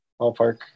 ballpark